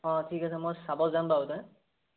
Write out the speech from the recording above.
অঁ ঠিক আছে মই চাব যাম বাৰু তাত